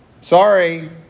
Sorry